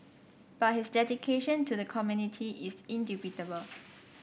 but his dedication to the community is indubitable